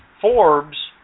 Forbes